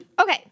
okay